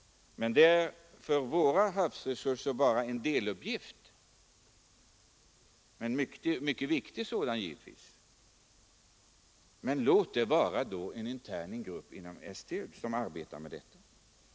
En sådan arbetsuppgift är givetvis mycket viktig, men låt då en intern grupp inom STU arbeta med den.